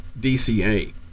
dca